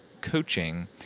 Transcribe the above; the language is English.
coaching